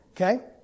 Okay